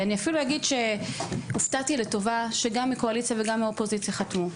ואני אפילו אגיד שהופתעתי לטובה שגם מהקואליציה וגם מהאופוזיציה חתמו.